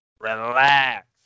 Relax